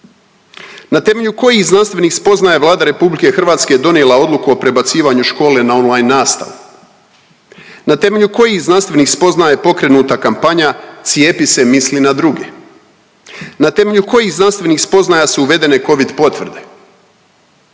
Na temelju kojih znanstvenih spoznaja je Vlada RH donijela odluku o prebacivanju škole na online nastavu? Na temelju kojih znanstvenih spoznaja je pokrenuta kampanja cijepi se, misli na druge? Na temelju kojih znanstvenih spoznaja su uvedene covid potvrde?